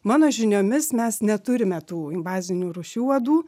mano žiniomis mes neturime tų invazinių rūšių uodų